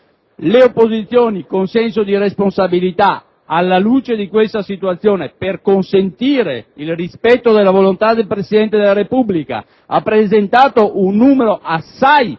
le opposizioni, con senso di responsabilità, alla luce dell'attuale situazione e per consentire il rispetto della volontà del Presidente della Repubblica, hanno presentato un numero assai